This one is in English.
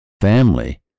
family